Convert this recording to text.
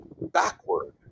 backward